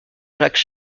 jacques